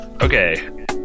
Okay